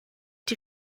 die